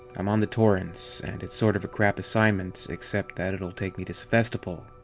i'm on the torrens, and it's sort of a crap assignment except that it'll take me to sevestopol.